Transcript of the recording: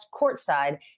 Courtside